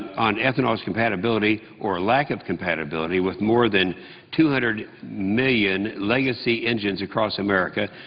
on ethanol's compatibility or lack of compatibility with more than two hundred million legacy engines across america,